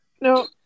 no